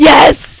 Yes